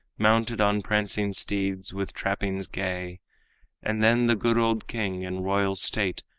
mounted on prancing steeds with trappings gay and then the good old king, in royal state,